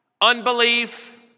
unbelief